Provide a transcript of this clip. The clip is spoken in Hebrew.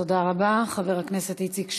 תודה רבה, חבר הכנסת איציק שמולי.